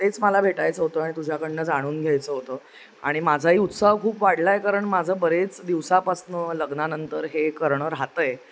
तेच मला भेटायचं होतं आणि तुझ्याकडनं जाणून घ्यायचं होतं आणि माझाही उत्साह खूप वाढलाय कारण माझं बरेच दिवसापासनं लग्नानंतर हे करणं राहतंय